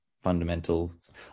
fundamentals